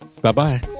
Bye-bye